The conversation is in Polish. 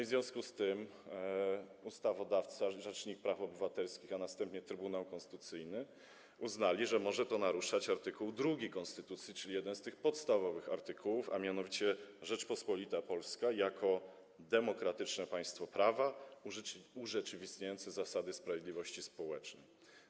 W związku z tym ustawodawca, rzecznik praw obywatelskich, a następnie Trybunał Konstytucyjny uznali, że może to naruszać art. 2 konstytucji, czyli jeden z tych podstawowych artykułów, a mianowicie: Rzeczpospolita Polska jako demokratyczne państwo prawa urzeczywistniające zasady sprawiedliwości społecznej.